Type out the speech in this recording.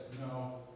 No